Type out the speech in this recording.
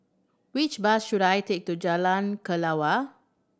which bus should I take to Jalan Kelawar